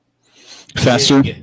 faster